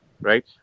right